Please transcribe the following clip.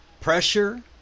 pressure